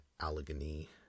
Allegheny